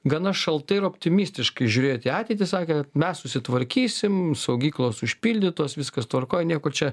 gana šaltai ir optimistiškai žiūrėjot į ateitį sakėt mes susitvarkysim saugyklos užpildytos viskas tvarkoj nieko čia